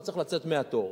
שהוא צריך לצאת מהתור.